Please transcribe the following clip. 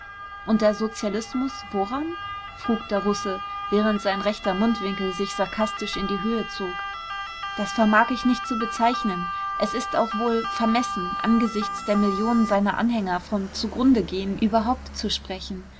und der sozialismus woran frug der russe während sein rechter mundwinkel sich sarkastisch in die höhe zog das vermag ich nicht zu bezeichnen es ist auch wohl vermessen angesichts der millionen seiner anhänger vom zugrundegehen überhaupt zu sprechen